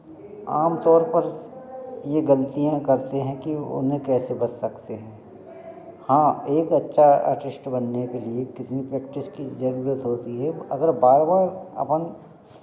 आम तौर पर ये गलतियाँ करते हैं कि उन्हें कैसे बच सकते हैं हाँ एक अच्छा आर्टिस्ट बनने के लिए कितनी प्रैक्टिस की ज़रूरत होती है अगर बार बार अब हम